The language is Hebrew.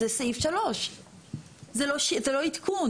זה סעיף 3. זה לא, זה לא עדכון.